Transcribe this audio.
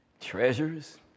treasures